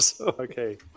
Okay